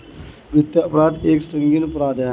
वित्तीय अपराध एक संगीन अपराध है